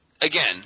again